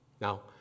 Now